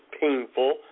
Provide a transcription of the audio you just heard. painful